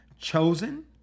chosen